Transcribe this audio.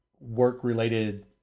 work-related